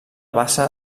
bassa